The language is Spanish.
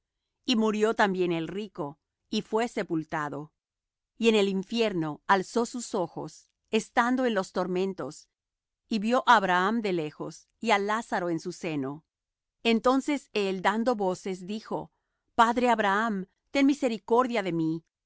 y murió también el rico y fué sepultado y en el infierno alzó sus ojos estando en los tormentos y vió á abraham de lejos y á lázaro en su seno entonces él dando voces dijo padre abraham ten misericordia de mí